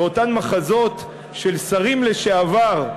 ואותם מחזות של שרים לשעבר,